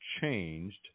changed